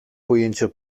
pojęcia